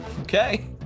Okay